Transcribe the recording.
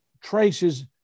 traces